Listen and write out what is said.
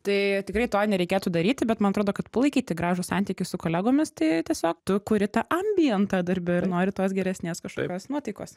tai tikrai to nereikėtų daryti bet man atrodo kad palaikyti gražų santykį su kolegomis tai tiesiog tu kuri tą ambientą darbe ir nori tos geresnės kažkokios nuotaikos